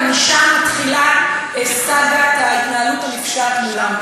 משם מתחילה סאגת ההתנהלות הנפשעת מולם.